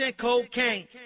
cocaine